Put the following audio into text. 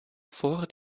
vor